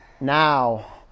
now